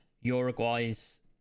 Uruguay's